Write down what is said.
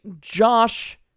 Josh